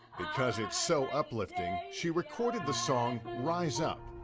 because it's so uplifting, she recorded the song rise up.